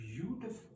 beautiful